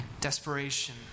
Desperation